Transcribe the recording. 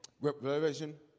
Revelation